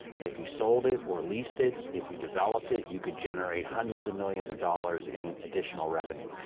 and if you sold it or leased it, if you developed it you could generate hundreds of millions of dollars in additional revenue.